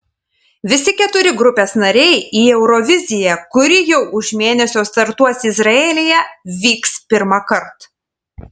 visi keturi grupės nariai į euroviziją kuri jau už mėnesio startuos izraelyje vyks pirmąkart